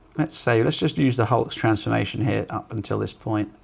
let's see, let's just use the whole transformation here up until this point,